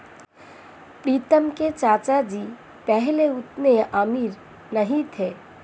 प्रीतम के चाचा जी पहले उतने अमीर नहीं थे